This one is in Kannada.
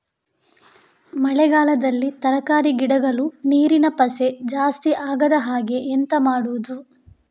ಮಳೆಗಾಲದಲ್ಲಿ ತರಕಾರಿ ಗಿಡಗಳು ನೀರಿನ ಪಸೆ ಜಾಸ್ತಿ ಆಗದಹಾಗೆ ಎಂತ ಮಾಡುದು?